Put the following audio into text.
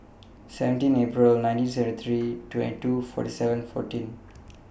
seventeen April nineteen seventy three twenty two forty seven fourteen